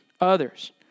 others